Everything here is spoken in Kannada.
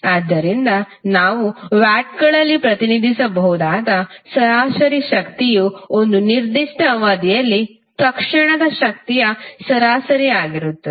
ಆದ್ದರಿಂದ ನಾವು ವ್ಯಾಟ್ಗಳಲ್ಲಿ ಪ್ರತಿನಿಧಿಸಬಹುದಾದ ಸರಾಸರಿ ಶಕ್ತಿಯು ಒಂದು ನಿರ್ದಿಷ್ಟ ಅವಧಿಯಲ್ಲಿ ತಕ್ಷಣದ ಶಕ್ತಿಯ ಸರಾಸರಿ ಆಗಿರುತ್ತದೆ